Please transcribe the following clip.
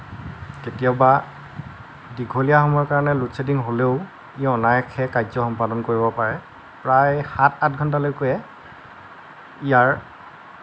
কেতিয়াবা দীঘলীয়া সময়ৰ কাৰণে ল'ড ছেডিং হ'লেও ই অনায়াসে কাৰ্য্য সম্পাদন কৰিব পাৰে প্ৰায় সাত আঠ ঘণ্টা লৈকে ইয়াৰ